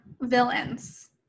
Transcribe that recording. villains